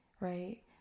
right